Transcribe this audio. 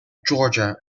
georgia